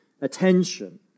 attention